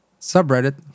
subreddit